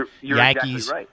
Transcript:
Yankees